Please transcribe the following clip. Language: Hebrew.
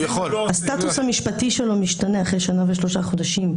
הסטטוס המשפטי שלו משתנה אחרי שנה ושלושה חודשים,